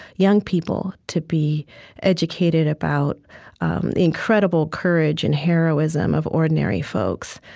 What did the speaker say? young people, to be educated about the incredible courage and heroism of ordinary folks,